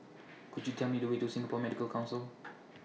Could YOU Tell Me The Way to Singapore Medical Council